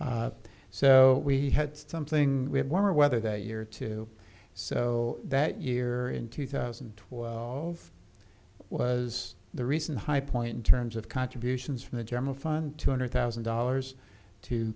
so we had something we had warmer weather that year too so that year in two thousand and twelve was the recent high point in terms of contributions from the general fund two hundred thousand dollars to